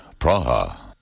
Praha